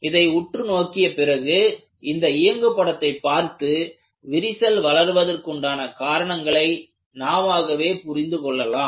இதை உற்று நோக்கிய பிறகு இந்த இயங்கு படத்தை பார்த்து விரிசல் வளர்வதற்குண்டான காரணங்களை நாமாகவே புரிந்து கொள்ளலாம்